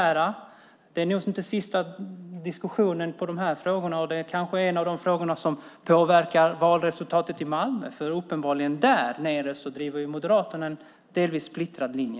Det här är nog inte den sista diskussionen om den här frågan, och det kanske är en av de frågor som påverkar valresultatet i Malmö. Där nere driver Moderaterna uppenbarligen en delvis splittrad linje.